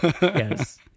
Yes